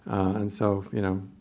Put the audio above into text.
and so, you know,